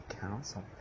Council